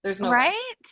Right